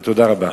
תודה רבה.